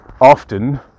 often